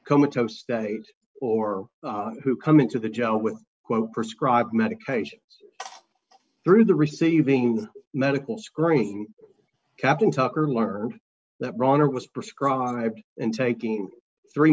comatose state or who come into the job with quote prescribed medications through the receiving medical screening captain tucker learned that rauner was prescribed and taking three